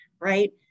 right